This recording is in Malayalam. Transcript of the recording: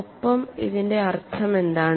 ഒപ്പം ഇതിന്റെ അർത്ഥമെന്താണ്